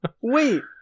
wait